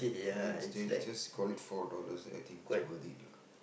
and it's it's just call it four dollars and I think it's worth it lah